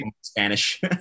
Spanish